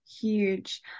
Huge